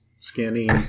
scanning